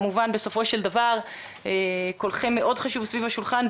כמובן בסופו של דבר קולכם סביב השולחן מאוד חשוב.